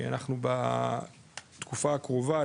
אנחנו בתקופה הקרובה,